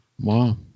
Wow